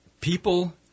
people